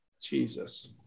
Jesus